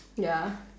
ya